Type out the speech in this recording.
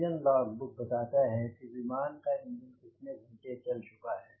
engine log book बताता है की विमान का इंजन कितने घंटे चल चुका है